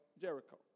Jericho